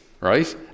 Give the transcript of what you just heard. right